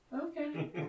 Okay